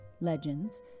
legends